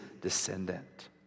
descendant